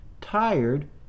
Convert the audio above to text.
Tired